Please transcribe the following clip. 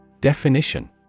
Definition